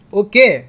okay